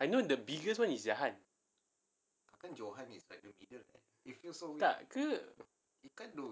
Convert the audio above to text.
I know the biggest one is jahan tak ke